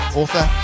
author